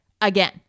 again